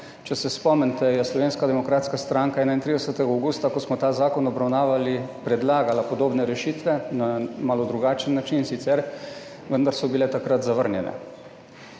Če se spomnite je Slovenska demokratska stranka 31. avgusta, ko smo ta zakon obravnavali predlagala podobne rešitve, na malo drugačen način sicer, vendar so bile takrat zavrnjene.